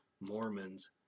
mormons